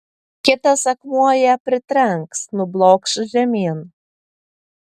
kitas akmuo ją pritrenks nublokš žemyn